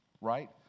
Right